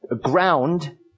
ground